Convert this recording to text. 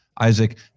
Isaac